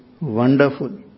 wonderful